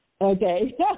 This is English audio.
okay